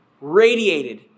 radiated